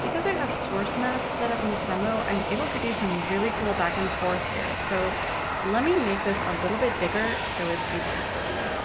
i have source maps set up in this demo, i'm able to do some really cool back and forth here. so let me make this a little bit bigger, so it's easier to see.